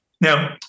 Now